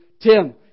Tim